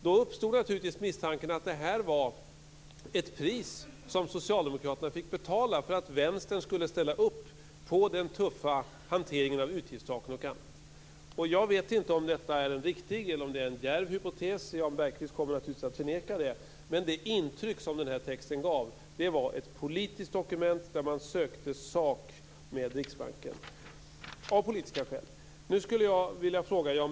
Då uppstod naturligtvis misstanken att det här var ett pris som socialdemokraterna fick betala för att Vänstern skulle ställa upp på den tuffa hanteringen av utgiftstak och annat. Jag vet inte om detta är en riktig eller en väl djärv hypotes. Jan Bergqvist kommer naturligtvis att förneka det. Men det intryck som den här texten gav var att det var ett politiskt dokument där man sökte sak med Riksbanken av politiska skäl.